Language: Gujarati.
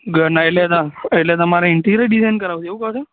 એટલે તમારે ઇન્ટિરિયર ડિઝાઇન કરાવવું છે એવું કહો છો